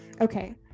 Okay